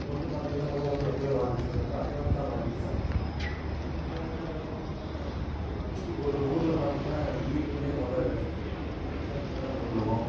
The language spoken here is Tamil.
இப்போது வந்து பார்த்திங்கன்னா உலகம் வந்து ரொம்பவே மாறிடுச்சு ரொம்ப அட்வான்ஸாக மாறிடுச்சு அந்த காலத்தில் எதனால் ஒன்னுன்னா ஒரு ஊர்ல பார்த்திங்கன்னா வீடுங்களே முத குடிசை அந்தமாதிரி தான் போட்டிருக்கும்